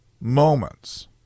moments